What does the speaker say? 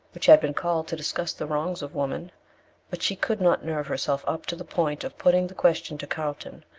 which had been called to discuss the wrongs of woman but she could not nerve herself up to the point of putting the question to carlton,